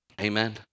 amen